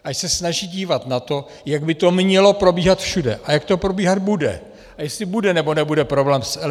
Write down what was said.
Ať se snaží dívat na to, jak by to mělo probíhat všude a jak to probíhat bude a jestli bude nebo nebude problém s LSPP.